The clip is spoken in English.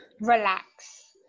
relax